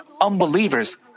unbelievers